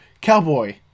cowboy